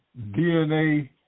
DNA